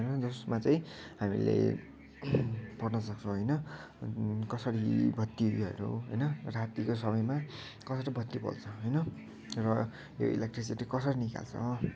र जसमा चाहिँ हामीले पढ्न सक्छौँ होइन कसरी बत्तीहरू होइन रातीको समयमा कसरी बत्ती बल्छ होइन र यो इलेक्ट्रिसिटी कसरी निकाल्छ